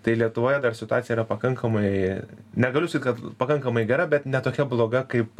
tai lietuvoje dar situacija yra pakankamai negaliu sakyt kad pakankamai gera bet ne tokia bloga kaip